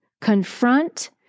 confront